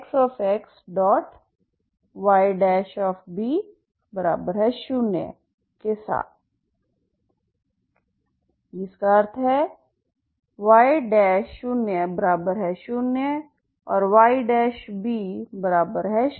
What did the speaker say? xbXxYb0 के साथजिसका अर्थ है Y00 और Yb0